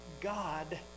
God